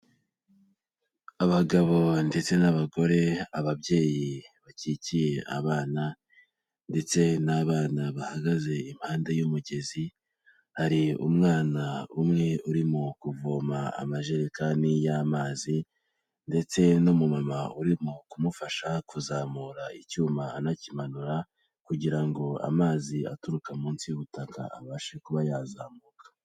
Abagabo ndetse n'abagore, ababyeyi bakikiye abana, ndetse n'abana bahagaze impande y'umugezi, hari umwana umwe urimo kuvoma amajerekani y'amazi, ndetse n'umumama urimo kumufasha kuzamura icyuma anakimanura, kugira ngo amazi aturuka munsi y'ubutaka abashe kuba yazamuka.